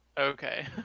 Okay